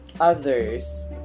others